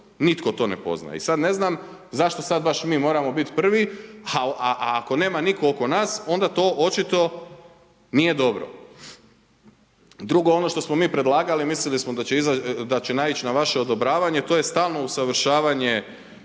nitko to ne poznaje. I sad ne znam zašto sad baš mi moramo bit prvi? A ako nema nitko oko nas onda to očito nije dobro. Drugo, ono što smo mi predlagali mislili smo da će naić na vaše odobravanje, to je stalno usavršavanje